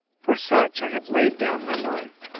for such i have laid down my life,